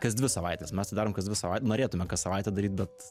kas dvi savaites mes tai darom kas dvi savai norėtume kas savaitę daryt bet